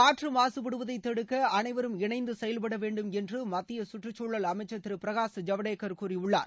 காற்று மாசுபடுவதை தடுக்க அனைவரும் இணைந்து செயல்படவேண்டும் என்று மத்திய சுற்றுச்சூழல் அமைச்சர் திரு பிரகாஷ் ஜவ்டேகர் கூறியுள்ளார்